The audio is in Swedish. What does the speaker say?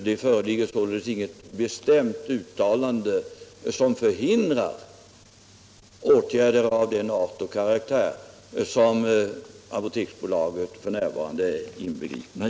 Det föreligger således inget bestämt uttalande som förhindrar överväganden av den karaktär som Apoteksbolaget f.n. är inbegripet i.